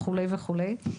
וכולי וכולי.